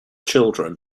children